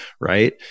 Right